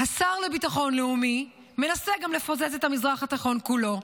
השר לביטחון לאומי מנסה גם לפוצץ את המזרח התיכון כולו,